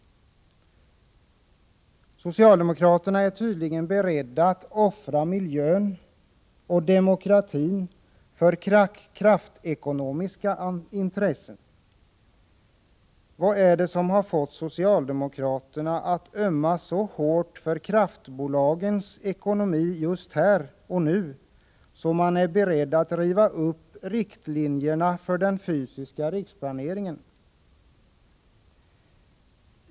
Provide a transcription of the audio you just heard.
Socialdemokraterna är tydligen beredda att offra miljön och demokratin för kraftekonomiska intressen. Vad är det som har fått socialdemokraterna att ömma så hårt för kraftbolagens ekonomi just här och nu att de är beredda att riva upp riktlinjerna för den fysiska riksplaneringen?